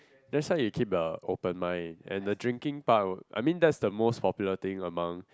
that's why you keep a open mind and the drinking part I mean that's the most popular thing among